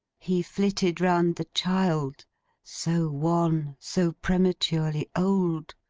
he flitted round the child so wan, so prematurely old,